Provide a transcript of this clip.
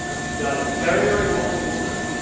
she died a very, very wealthy woman.